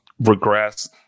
regress